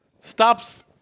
Stops